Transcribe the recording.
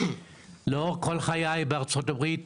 לאור כל חיי בארצות הברית,